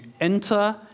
enter